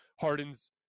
Harden's